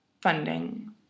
Funding